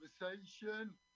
conversation